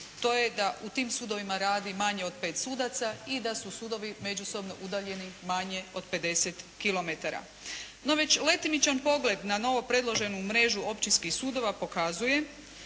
To je da u tim sudovima radi manje od 5 sudaca i da su sudovi međusobno udaljeni manje od 50 km. No, već letimičan pogled na novo predloženu mrežu općinskih sudova pokazuje